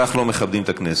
כך לא מכבדים את הכנסת.